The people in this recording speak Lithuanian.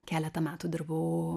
keletą metų dirbau